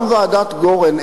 גם ועדת-גורן,